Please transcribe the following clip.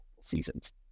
seasons